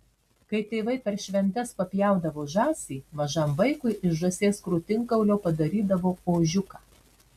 kai tėvai per šventes papjaudavo žąsį mažam vaikui iš žąsies krūtinkaulio padarydavo ožiuką